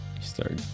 start